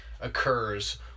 occurs